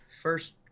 first